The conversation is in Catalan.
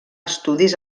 estudis